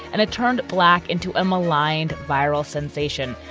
and it turned black into a maligned viral sensation.